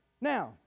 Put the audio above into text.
Now